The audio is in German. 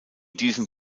diesem